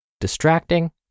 distracting